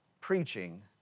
preaching